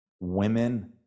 Women